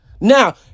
Now